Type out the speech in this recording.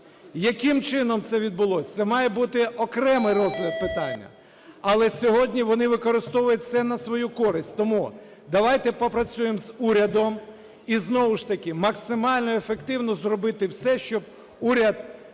Яким чином це відбулось? Це має бути окремий розгляд питання. Але сьогодні вони використовують це на свою користь. Тому давайте попрацюємо з урядом і знову ж таки максимально ефективно зробити все, щоб уряд,